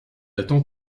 attend